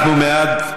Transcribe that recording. אנחנו מעט,